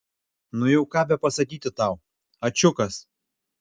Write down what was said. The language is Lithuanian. nu jau ką bepasakyti tau ačiukas